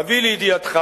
אביא לידיעתך